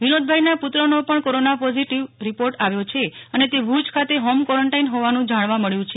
વિનોદભાઇના પુત્રનો પણ corona positive report આવ્યો છે અને તે ભુજ ખાતે હોમ ક્વોરેન્ટાઇન હોવાનું જાણવા મળ્યું છે